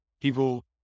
people